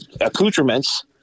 accoutrements